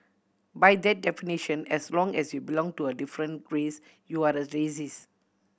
by that definition as long as you belong to a different race you are a racist